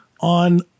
on